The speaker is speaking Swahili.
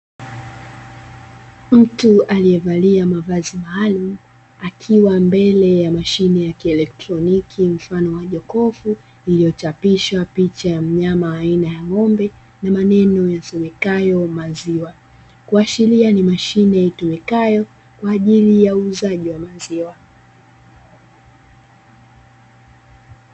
Mtu aliyevalia mavazi maalumu, akiwa mbele ya mashine ya kielektroniki mfano wa jokofu, iliyochapishwa picha ya mnyama aina ya ng'ombe na maneno yasomekayo "maziwa". Kuashiria ni mashine itumikayo kwa ajili ya uuzaji wa maziwa.